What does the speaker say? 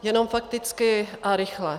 Jenom fakticky a rychle.